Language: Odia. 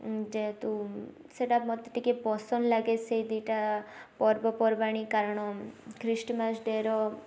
ଯେହେତୁ ସେଇଟା ମତେ ଟିକେ ପସନ୍ଦ ଲାଗେ ସେଇ ଦୁଇଟା ପର୍ବପର୍ବାଣୀ କାରଣ ଖ୍ରୀଷ୍ଟମାସ ଡେ ର